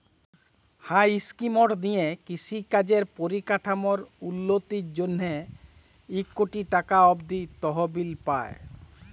হাঁ ইস্কিমট দিঁয়ে কিষি কাজের পরিকাঠামোর উল্ল্যতির জ্যনহে ইক কটি টাকা অব্দি তহবিল পায়